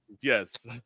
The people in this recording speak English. Yes